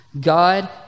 God